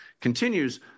continues